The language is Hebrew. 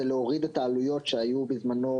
זה להוריד את העלויות שהיו בזמנו,